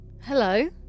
Hello